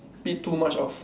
bit too much of